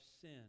sin